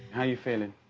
how are you feeling?